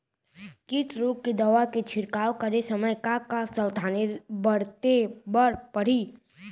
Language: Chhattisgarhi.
किट रोके के दवा के छिड़काव करे समय, का का सावधानी बरते बर परही?